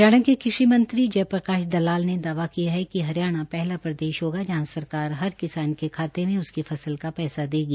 हरियाणा के कृषि मंत्री जय प्रकाश दलाल ने दावा किया है कि हरियाणा पहला प्रदेश होगा जहां सरकार हर किसान के खाते में उसकी फसल का पैसा देगी